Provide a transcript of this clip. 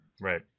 Right